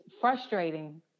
frustrating